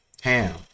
Ham